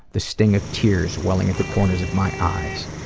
the sting of tears welling at the corners of my eyes.